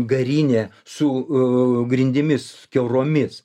garinė su grindimis kiauromis